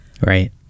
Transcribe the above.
right